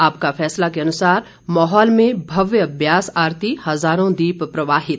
आपका फैसला के अनुसार मौहल में भव्य ब्यास आरती हजारों दीप प्रवाहित